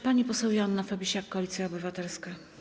Pani poseł Joanna Fabisiak, Koalicja Obywatelska.